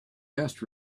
best